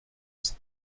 cet